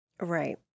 Right